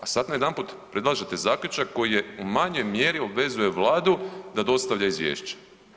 A sad najedanput predlažete zaključak koji u manjoj mjeri obvezuje Vladu da dostavlja izvješće.